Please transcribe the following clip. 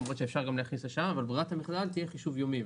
למרות שאפשר גם להכניס -- -אבל ברירת המחדל היא חישוב יומי.